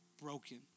broken